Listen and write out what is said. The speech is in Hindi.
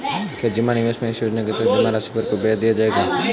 क्या जमा निवेश में इस योजना के तहत जमा राशि पर कोई ब्याज दिया जाएगा?